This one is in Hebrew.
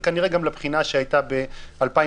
וכנראה גם לבחינה שהייתה ב-2019.